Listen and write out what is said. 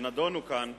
ונדונו כאן,